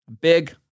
Big